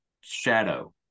shadow